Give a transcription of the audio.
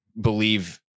believe